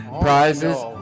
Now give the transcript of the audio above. prizes